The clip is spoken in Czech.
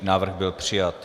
Návrh byl přijat.